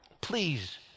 please